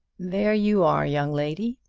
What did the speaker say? there you are, young lady!